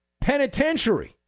penitentiary